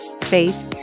faith